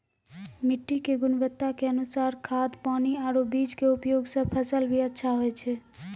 मिट्टी के गुणवत्ता के अनुसार खाद, पानी आरो बीज के उपयोग सॅ फसल भी अच्छा होय छै